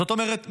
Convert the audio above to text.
זאת אומרת,